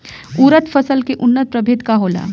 उरद फसल के उन्नत प्रभेद का होला?